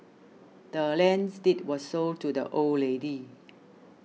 the land's deed was sold to the old lady